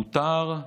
מותר,